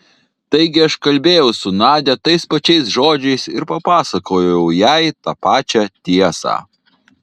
taigi aš kalbėjau su nadia tais pačiais žodžiais ir papasakojau jai tą pačią tiesą